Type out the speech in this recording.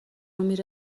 میره